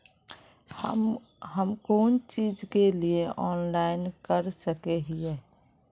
हम कोन चीज के लिए ऑनलाइन कर सके हिये?